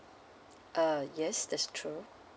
uh yes that's true